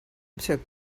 took